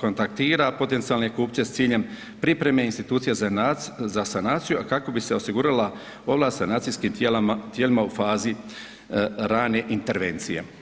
kontaktira potencijalne kupce s ciljem pripreme institucija za sanaciju, a kako bi se osigurala ovlast sanacijskim tijelima u fazi rane intervencije.